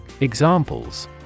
Examples